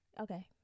Okay